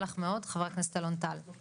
חבר הכנסת אלון טל, בבקשה.